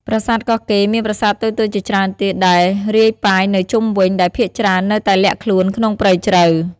ប្រាសាទកោះកេរមានប្រាសាទតូចៗជាច្រើនទៀតដែលរាយប៉ាយនៅជុំវិញ ដែលភាគច្រើននៅតែលាក់ខ្លួនក្នុងព្រៃជ្រៅ។